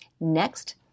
Next